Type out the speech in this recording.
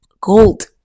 gold